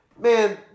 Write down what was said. man